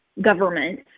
government